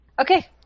Okay